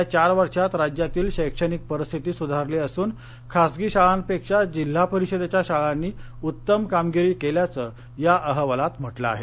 गेल्या चार वर्षात राज्यातील शैक्षणिक परिस्थिती सुधारली असून खासगी शाळांपेक्षा जिल्हा परिषदेच्या शाळांनी उत्तम कामगिरी केल्याचं या अहवालात म्हटलं आहे